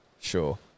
Sure